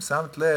אם שמת לב,